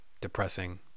depressing